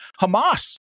Hamas